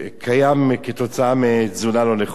ההשלכות כתוצאה מתזונה לא נכונה.